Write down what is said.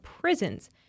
prisons